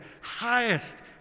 highest